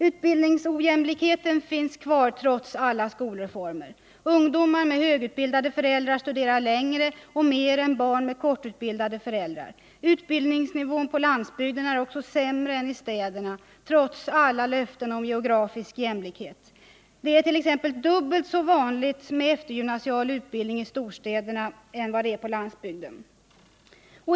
Utbildningsojämlikheten finns kvar trots alla skolreformer. Ungdomar med högutbildade föräldrar studerar längre och mer än barn med kortutbildade föräldrar. Utbildningsnivån på landsbygden är också sämre än i städerna, trots alla löften om geografisk jämlikhet. Det är t.ex. dubbelt så vanligt med eftergymnasial utbildning i storstäderna än vad det är på landsbygden.